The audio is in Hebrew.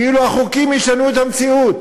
כאילו החוקים ישנו את המציאות.